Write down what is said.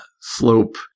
slope